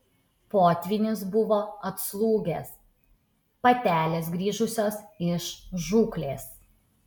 potvynis buvo atslūgęs patelės grįžusios iš žūklės